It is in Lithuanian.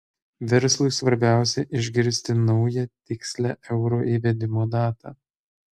verslui svarbiausia išgirsti naują tikslią euro įvedimo datą